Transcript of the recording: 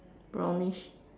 brownish